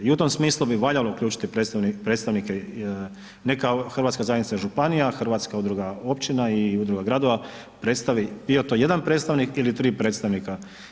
I u tom smislu bi valjalo uključiti predstavnike ne, kao hrvatska zajednica županija, hrvatska udruga općina i udruga gradova, predstavi bio to jedan predstavnik ili tri predstavnik.